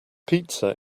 pizza